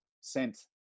sent